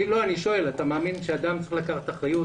אתה מאמין שאדם צריך לקחת אחריות?